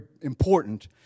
important